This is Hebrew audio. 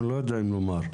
אנחנו לא יודעים לומר?